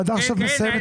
אסביר.